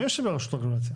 מי יושב ברשות רגולציה?